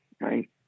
right